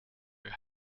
your